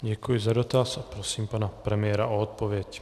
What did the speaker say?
Děkuji za dotaz a prosím pana premiéra o odpověď.